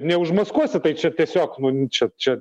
neužmaskuosi tai čia tiesiog nu čia čia